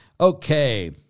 Okay